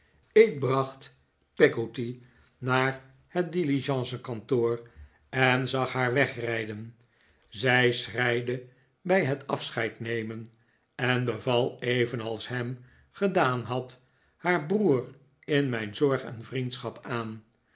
ik bracht peggotty naar het diligencekantoor en zag haar wegrijden zij schreide bij het afscheidnemen en beval evenals ham gedaan had haar broer in mijn zorg en vriendschap aan